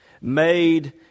Made